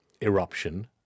eruption